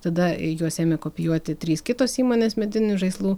tada juos ėmė kopijuoti trys kitos įmonės medinių žaislų